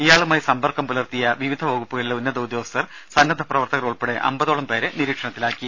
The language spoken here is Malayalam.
ഇയാളുമായി സമ്പർക്കം പുലർത്തിയ വിവിധ വകുപ്പുകളിലെ ഉന്നത ഉദ്യോഗസ്ഥർ സന്നദ്ധ പ്രവർത്തകർ ഉൾപ്പെടെ അമ്പതോളം പേരെ നിരീക്ഷണത്തിലാക്കി